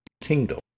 kingdom